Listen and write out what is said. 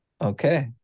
Okay